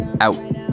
out